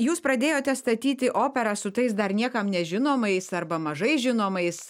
jūs pradėjote statyti operą su tais dar niekam nežinomais arba mažai žinomais